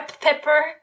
pepper